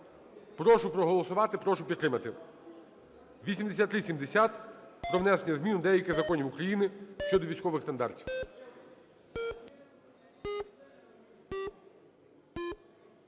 Прошу проголосувати, прошу підтримати 8370 про внесення змін до деяких законів України щодо військових стандартів.